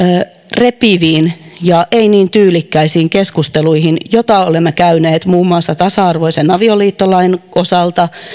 repiviin ja ei niin tyylikkäisiin keskusteluihin joita olemme käyneet muun muassa tasa arvoisen avioliittolain osalta